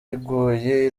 iguye